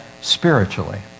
spiritually